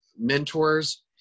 mentors